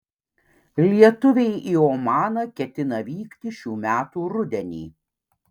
lietuviai į omaną ketina vykti šių metų rudenį